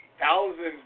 thousands